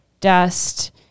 Dust